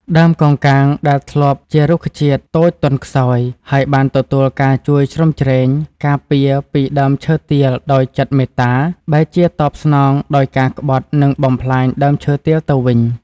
ដើមកោងកាងដែលធ្លាប់ជារុក្ខជាតិតូចទន់ខ្សោយ ហើយបានទទួលការជួយជ្រោមជ្រែង ការពារពីដើមឈើទាលដោយចិត្តមេត្តា បែរជាតបស្នងដោយការក្បត់និងបំផ្លាញដើមឈើទាលទៅវិញ។